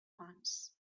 once